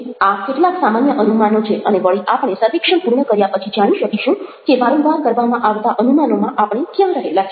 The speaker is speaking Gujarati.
આ કેટલાક સામાન્ય અનુમાનો છે અને વળી આપણે સર્વેક્ષણ પૂર્ણ કર્યા પછી જાણી શકીશું કે વારંવાર કરવામાં આવતા અનુમાનોમાં આપણે ક્યાં રહેલા છીએ